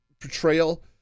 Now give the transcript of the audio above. portrayal